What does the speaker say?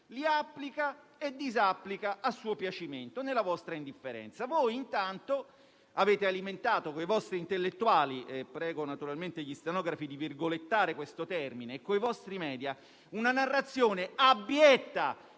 li applica e disapplica a suo piacimento, nella vostra indifferenza. Voi, intanto, avete alimentato, con i vostri "intellettuali" e i vostri *media*, una narrazione abietta,